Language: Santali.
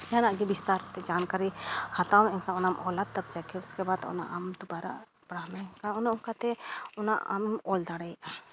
ᱡᱟᱦᱟᱱᱟᱜ ᱜᱮ ᱵᱤᱥᱛᱟᱨ ᱛᱮ ᱡᱟᱱᱠᱟᱨᱤᱢ ᱦᱟᱛᱟᱣᱟᱢ ᱮᱱᱠᱷᱟᱱ ᱚᱱᱟᱢ ᱚᱞᱟ ᱛᱚᱵᱽ ᱡᱟᱠᱮ ᱩᱥᱠᱮ ᱵᱟᱫᱽ ᱚᱱᱟ ᱟᱢ ᱫᱩᱵᱟᱨᱟ ᱯᱟᱲᱦᱟᱣ ᱢᱮ ᱮᱱᱠᱷᱟᱱ ᱚᱱᱮ ᱚᱱᱠᱟᱛᱮ ᱚᱱᱟ ᱟᱢᱮᱢ ᱚᱞ ᱫᱟᱲᱮᱭᱟᱜᱼᱟ